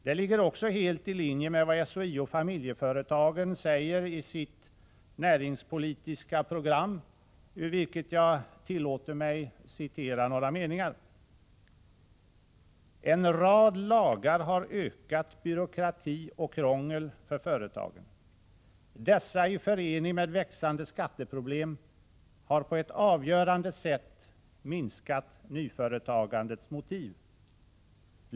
Det ligger också helt i linje med vad SHIO-Familjeföretagen säger i sitt näringspolitiska program, ur vilket jag tillåter mig att citera några meningar: ”En rad lagar har ökat byråkrati och krångel för företagen. Dessa i förening med växande skatteproblem har på ett avgörande sätt minskat nyföretagandets motiv.